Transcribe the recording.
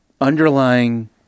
Underlying